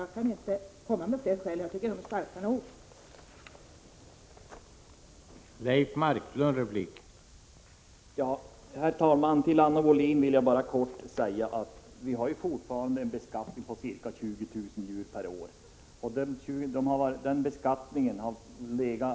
Jag kan inte komma med fler skäl — jag tycker att de anförda skälen är starka nog.